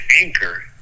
anchor